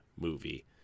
movie